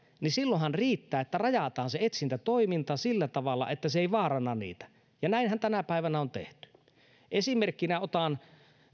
niin silloinhan riittää että rajataan se etsintätoiminta sillä tavalla että se ei vaaranna niitä ja näinhän tänä päivänä on tehty esimerkin otan